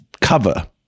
cover